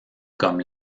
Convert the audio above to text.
comme